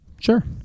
Sure